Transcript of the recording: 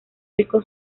rico